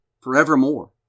forevermore